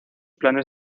planes